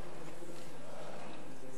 ההצעה להעביר את הנושא לוועדת החינוך,